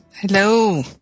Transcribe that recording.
Hello